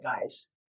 guys